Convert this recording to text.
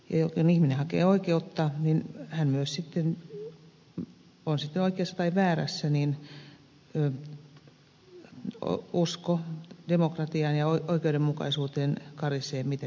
kun ihminen hakee oikeutta on sitten oikeassa tai väärässä niin usko demokratiaan ja oikeudenmukaisuuteen karisee mitä pitempään oikeudenkäynti kestää